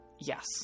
Yes